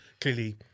clearly